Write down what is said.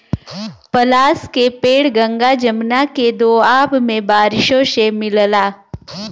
पलाश के पेड़ गंगा जमुना के दोआब में बारिशों से मिलला